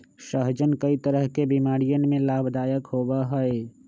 सहजन कई तरह के बीमारियन में लाभदायक होबा हई